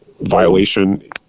violation